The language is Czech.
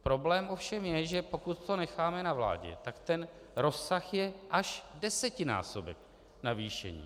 Problém ovšem je, že pokud to necháme na vládě, tak ten rozsah je až desetinásobek navýšení.